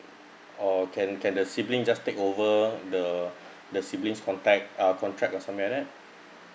or can can the sibling just take over the the siblings contract uh contract or something like that